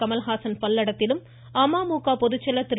கமல்ஹாசன் பல்லடத்திலும் அமமுக பொதுச்செயலர் திரு